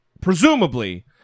presumably